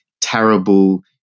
terrible